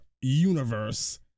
universe